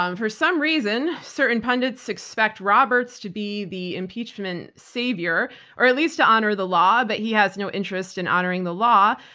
um for some reason, certain pundits expect roberts to be the impeachment savior or at least honor the law but he has no interest in honoring the law,